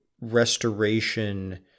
restoration